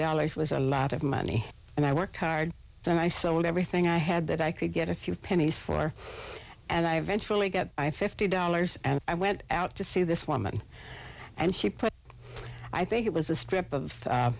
dollars was a lot of money and i worked hard every thing i had that i could get a few pennies for and i eventually got my fifty dollars and i went out to see this woman and she put i think it was a strip of